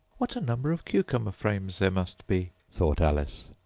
what a number of cucumber-frames there must be thought alice.